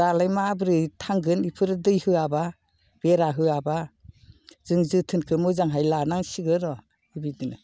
दालाय माबोरै थांगोन बिफोरो दै होआबा बेरा होआबा जों जोथोनखौ मोजांहाय लानांसिगोन र' बिदिनो